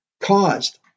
caused